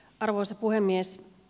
arvoisa puhemies